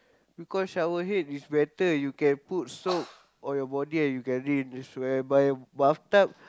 because shower head is better you can put soap on your body and you can rinse whereby bathtub